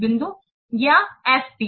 बिंदु या F P